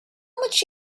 much